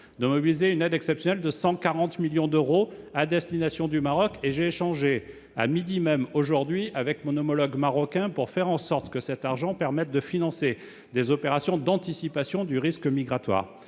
de mobiliser une aide exceptionnelle de 140 millions d'euros à destination du Maroc, et j'ai échangé aujourd'hui même, à midi, avec mon homologue marocain pour faire en sorte que cette enveloppe permette de financer des opérations d'anticipation du risque migratoire.